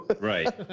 Right